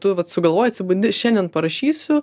tu vat sugalvojai atsibundi šiandien parašysiu